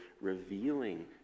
revealing